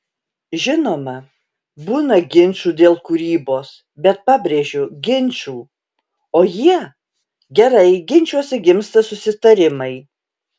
žinoma būna ginčų dėl kūrybos bet pabrėžiu ginčų o jie gerai ginčuose gimsta susitarimai